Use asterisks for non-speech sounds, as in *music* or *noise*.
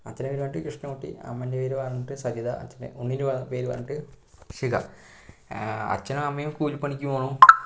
അച്ഛൻ്റെ പേര് *unintelligible* കൃഷ്ണകുട്ടി അമ്മേൻറെ പേര് വന്നിട്ട് സരിത ഉണ്ണീൻറെ പേര് പറഞ്ഞിട്ട് ശിഖ അച്ഛനും അമ്മയും കൂലി പണിക്കു പോവണു